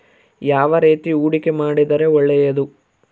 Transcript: ಯಾವ ರೇತಿ ಹೂಡಿಕೆ ಮಾಡಿದ್ರೆ ಒಳ್ಳೆಯದು?